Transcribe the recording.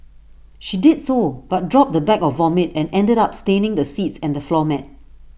she did so but dropped the bag of vomit and ended up staining the seats and the floor mat